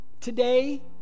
Today